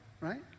right